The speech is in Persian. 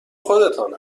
خودتان